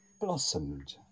blossomed